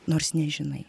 nors nežinai